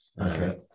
Okay